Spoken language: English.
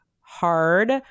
hard